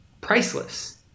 priceless